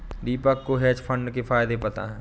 दीपक को hedge fund के फायदे पता है